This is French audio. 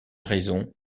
raison